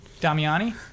Damiani